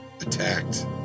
attacked